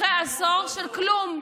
אחרי עשור של כלום.